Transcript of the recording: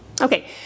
Okay